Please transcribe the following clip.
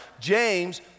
James